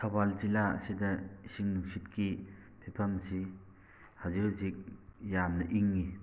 ꯊꯧꯕꯥꯜ ꯖꯤꯂꯥ ꯑꯁꯤꯗ ꯏꯁꯤꯡ ꯅꯨꯡꯁꯤꯠꯀꯤ ꯐꯤꯕꯝꯁꯤ ꯍꯧꯖꯤꯛ ꯍꯧꯖꯤꯛ ꯌꯥꯝꯅ ꯏꯪꯉꯤ